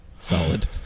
solid